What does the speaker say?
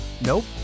Nope